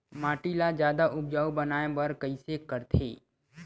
माटी ला जादा उपजाऊ बनाय बर कइसे करथे?